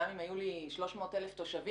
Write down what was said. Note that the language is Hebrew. גם אם היו לי 300,000 תושבים,